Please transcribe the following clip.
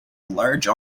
large